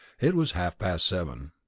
it was half past seven.